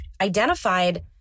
identified